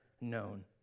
known